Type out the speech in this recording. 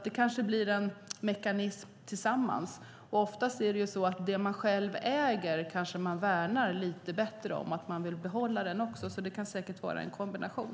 Det kan bli en mekanism tillsammans. Man kanske värnar lite mer om det man själv äger och vill behålla det, så det kan säkert vara en kombination.